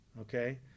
okay